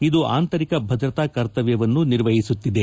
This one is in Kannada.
ಇದು ಆಂತರಿಕ ಭದ್ರತಾ ಕರ್ತವ್ಯವನ್ನೂ ನಿರ್ವಹಿಸುತ್ತಿದೆ